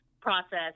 process